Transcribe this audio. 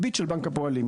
"ביט" של בנק הפועלים.